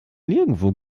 nirgendwo